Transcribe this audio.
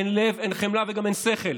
אין לב, אין חמלה וגם אין שכל.